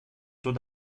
taux